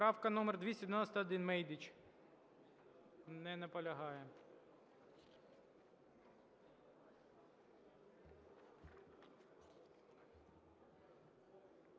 Дякую.